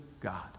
God